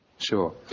Sure